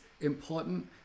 important